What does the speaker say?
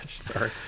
Sorry